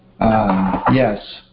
Yes